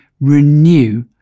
renew